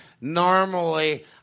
Normally